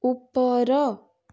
ଉପର